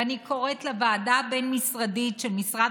ואני קוראת לוועדה הבין-משרדית של משרד